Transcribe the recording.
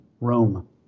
Rome